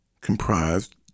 comprised